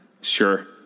Sure